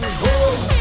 home